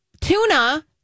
Tuna